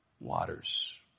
waters